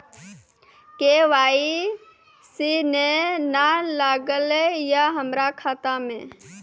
KYC ने न लागल या हमरा खाता मैं?